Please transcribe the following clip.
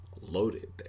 loaded